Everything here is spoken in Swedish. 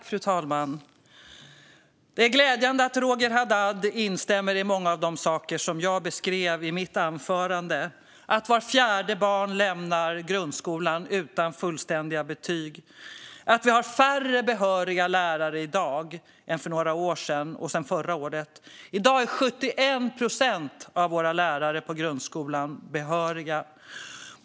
Fru talman! Det är glädjande att Roger Haddad instämmer i många av de saker som jag beskrev i mitt anförande, som att vart fjärde barn lämnar grundskolan utan fullständiga betyg och att vi har färre behöriga lärare i dag än för några år sedan och än förra året. I dag är 71 procent av våra lärare i grundskolan behöriga.